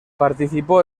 participó